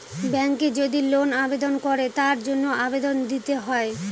ব্যাঙ্কে যদি লোন আবেদন করে তার জন্য আবেদন দিতে হয়